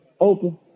open